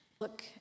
Look